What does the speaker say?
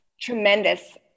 tremendous